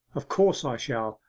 of course i shall!